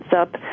up